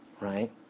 Right